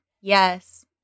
Yes